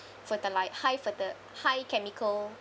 fertili~ high ferti~ high chemical